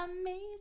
amazing